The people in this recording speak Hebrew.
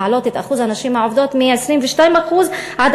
להעלות את אחוז הנשים העובדות מ-22% עד